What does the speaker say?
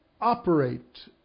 operate